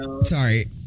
sorry